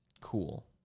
cool